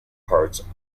parts